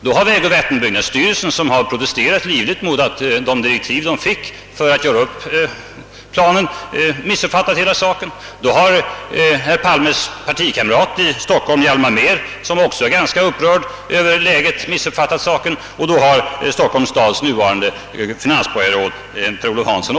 Då har också vägoch vattenbyggnadsstyrelsen, som protesterat mot de direktiv styrelsen fick för uppgörandet av planen, missuppfattat saken. Då har herr Palmes partikamrat i Stockholm Hjalmar Mehr, som också är ganska upprörd över läget, missuppfattat saken, liksom Stockholms stads nuvarande finansborgarråd Per-Olof Hanson.